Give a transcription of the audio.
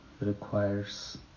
requires